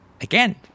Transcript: Again